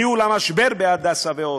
ניהול המשבר בהדסה ועוד.